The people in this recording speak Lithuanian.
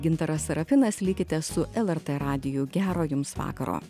gintaras sarafinas likite su lrt radiju gero jums vakaro